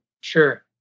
Sure